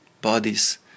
bodies